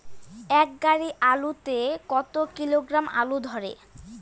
এক গাড়ি আলু তে কত কিলোগ্রাম আলু ধরে?